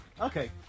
Okay